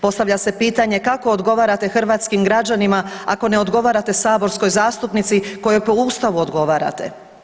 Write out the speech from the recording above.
Postavlja se pitanje, kako odgovarate hrvatskim građanima ako ne odgovarate saborskoj zastupnici kojoj po Ustavu odgovarate?